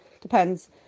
Depends